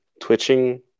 twitching